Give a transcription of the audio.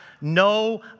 no